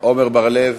עמר בר-לב,